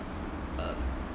uh